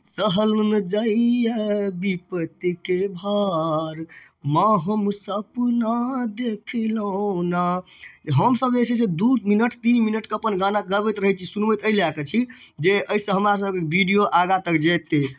सहल नहि जाइए बेपत्तिके भार माँ हम सपना देखलहुँ ने हमसब जे छै से दुइ मिनट तीन मिनटके अपन गाना गबैत रहै छी सुनबैत एहि लऽ कऽ छी जे एहिसँ हमरासबके वीडियो आगाँ तक जेतै